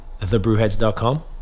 TheBrewheads.com